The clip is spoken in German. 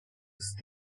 ist